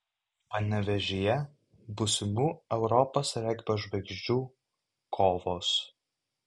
panevėžyje būsimų europos regbio žvaigždžių kovos